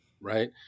right